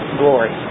glory